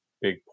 big